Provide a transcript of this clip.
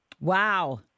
Wow